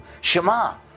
Shema